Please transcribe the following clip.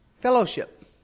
fellowship